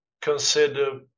consider